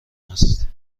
هست